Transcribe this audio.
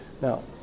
Now